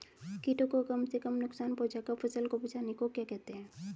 कीटों को कम से कम नुकसान पहुंचा कर फसल को बचाने को क्या कहते हैं?